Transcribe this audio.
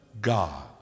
God